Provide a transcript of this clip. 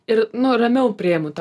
ir nu ramiau priimu tą